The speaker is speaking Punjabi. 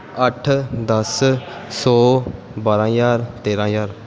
ਅੱਠ ਦਸ ਸੌ ਬਾਰ੍ਹਾਂ ਹਜ਼ਾਰ ਤੇਰ੍ਹਾਂ ਹਜ਼ਾਰ